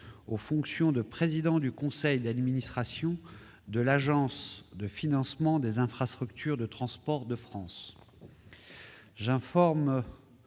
aux fonctions de président du conseil d'administration de l'Agence de financement des infrastructures de transport de France. J'informe